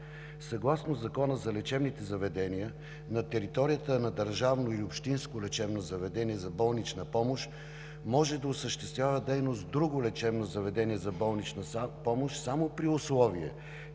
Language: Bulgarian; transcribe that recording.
съгласно Закона за лечебните заведения на територията на държавно или общинско лечебно заведение за болнична помощ може да осъществява дейност друго лечебно заведение за болнична помощ, само при условие